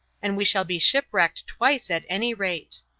and we shall be shipwrecked twice, at any rate.